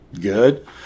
good